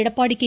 Edappadi K